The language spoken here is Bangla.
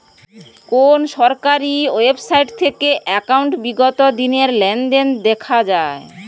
কোন সরকারি ওয়েবসাইট থেকে একাউন্টের বিগত দিনের লেনদেন দেখা যায়?